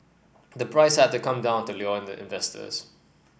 the price had to come down to lure in the investors